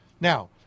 Now